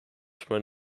from